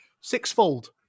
sixfold